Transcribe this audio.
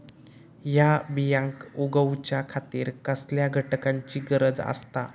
हया बियांक उगौच्या खातिर कसल्या घटकांची गरज आसता?